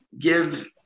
give